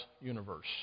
universe